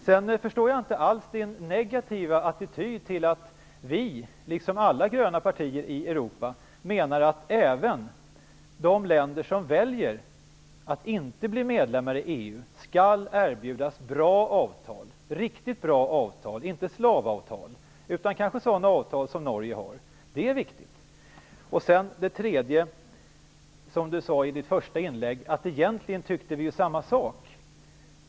Jag förstår inte alls Yvonne Sandberg-Fries negativa attityd till att vi, liksom alla gröna partier i Europa, menar att även de länder som väljer att inte bli medlemmar i EU skall erbjudas bra avtal, riktigt bra avtal, inte slavavtal utan kanske sådana avtal som Norge har. Det är viktigt. Yvonne Sandberg-Fries sade i sitt första inlägg att vi egentligen tycker samma sak.